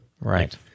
Right